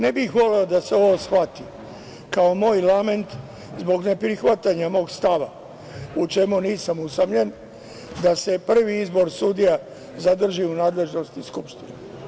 Ne bih voleo da se ovo shvati kao moj lament zbog ne prihvatanja mog stava, u čemu nisam usamljen, da se prvi izbor sudija zadrži u nadležnosti Skupštine.